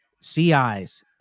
CIs